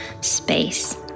space